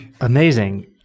Amazing